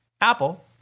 Apple